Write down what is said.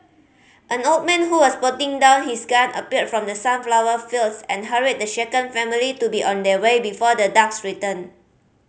an old man who was putting down his gun appeared from the sunflower fields and hurried the shaken family to be on their way before the dogs return